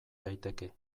daiteke